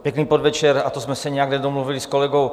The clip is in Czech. Pěkný podvečer a to jsme se nijak nedomluvili s kolegou.